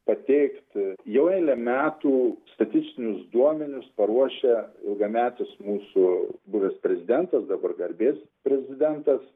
pateikt jau eilę metų statistinius duomenis paruošia ilgametis mūsų buvęs prezidentas dabar garbės prezidentas